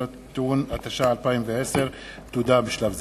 (הסדר טיעון), התש"ע 2010. תודה בשלב זה.